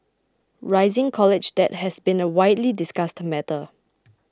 rising college debt has been a widely discussed matter